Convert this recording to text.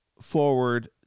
forward